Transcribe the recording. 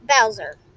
Bowser